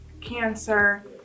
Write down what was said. cancer